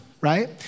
right